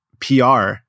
PR